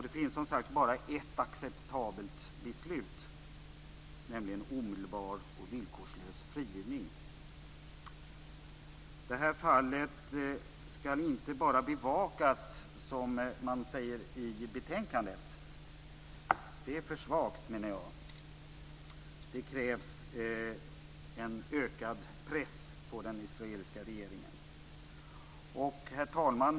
Det finns som sagt bara ett acceptabelt beslut, nämligen omedelbar och villkorslös frigivning. Detta fall skall inte bara bevakas, som man säger i betänkandet. Det är för svagt, menar jag. Det krävs en ökad press på den israeliska regeringen. Herr talman!